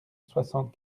soixante